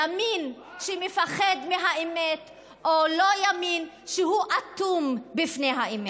ימין שמפחד מהאמת או לא-ימין שהוא אטום בפני האמת.